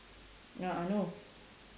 ya I know